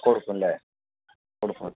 കൊടുക്കും അല്ലേ കൊടുക്കും